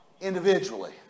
individually